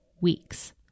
weeks